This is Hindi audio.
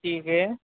ठीक है